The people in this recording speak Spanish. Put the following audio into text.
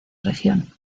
región